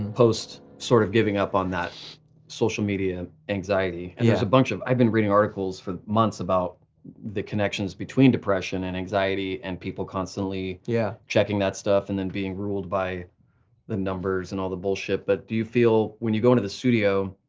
post sort of giving up on that social media anxiety, there's a bunch of, i've been reading articles for months about the connections between depression and anxiety and people constantly yeah checking that stuff, and then being ruled by the numbers and all the bullshit. but do you feel, when you go into the studio,